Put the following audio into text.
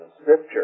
Scripture